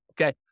Okay